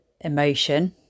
emotion